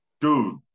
Dude